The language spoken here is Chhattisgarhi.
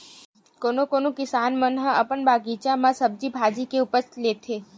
कोनो कोनो किसान मन ह अपन बगीचा म सब्जी भाजी के उपज लेथे